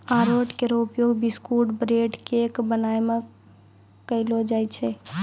अरारोट केरो उपयोग biscuit, bread, cake बनाय म कयलो जाय छै